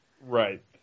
right